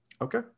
Okay